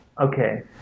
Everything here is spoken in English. Okay